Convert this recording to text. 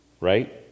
right